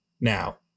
now